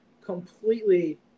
completely